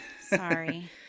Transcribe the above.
Sorry